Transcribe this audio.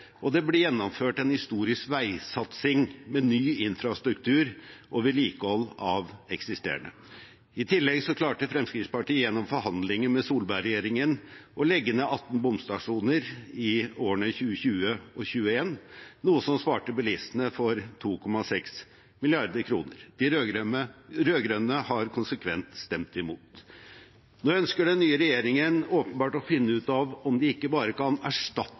og det ble gjennomført en historisk veisatsing med ny infrastruktur og vedlikehold av eksisterende. I tillegg klarte Fremskrittspartiet gjennom forhandlinger med Solberg-regjeringen å legge ned 18 bomstasjoner i årene 2020 og 2021, noe som sparte bilistene for 2,6 mrd. kr. De rød-grønne har konsekvent stemt imot. Nå ønsker den nye regjeringen åpenbart å finne ut av om de ikke bare kan erstatte